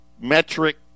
metric